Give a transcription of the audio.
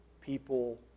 people